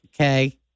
okay